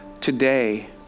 today